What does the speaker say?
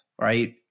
right